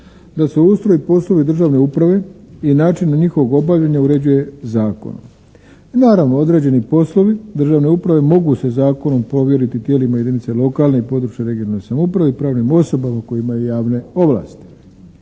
da se ustroj i poslovi državne uprave i način njihova obavljanja uređuje zakonom. Naravno određeni poslovi državne uprave mogu se zakonom povjeriti tijelima jedinica lokalne i područne (regionalne) samouprave i pravnim osobama koje imaju javne ovlasti.